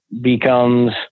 becomes